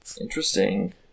Interesting